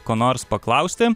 ko nors paklausti